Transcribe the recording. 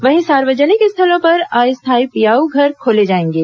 वहीं सार्वजनिक स्थलों पर अस्थायी पियाऊ घर खोले जाएंगे